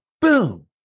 boom